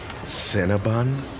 Cinnabon